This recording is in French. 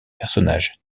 personnages